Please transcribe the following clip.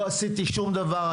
לא עשיתי שום דבר,